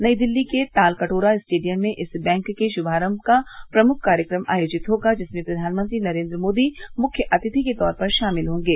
नई दिल्ली के तालकटोरा स्टेडियम में इस बैंक के श्मार्म का प्रमुख कार्यक्रम आयोजित होगा जिसमें प्रघानमंत्री नरेन्द्र मोदी मुख्य अतिथि के तौर पर शामिल होंगे